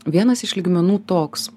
vienas iš lygmenų toks